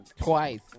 Twice